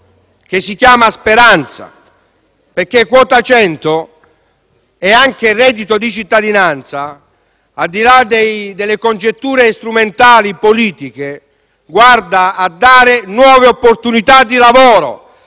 che si chiama speranza perché quota 100, e anche il reddito di cittadinanza, al di là delle congetture strumentali e politiche, tendono a dare nuove opportunità di lavoro